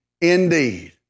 indeed